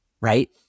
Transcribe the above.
right